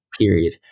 period